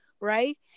right